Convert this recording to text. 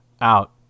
out